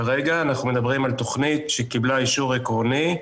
כרגע אנחנו מדברים על תכנית שקיבלה אישור עקרוני,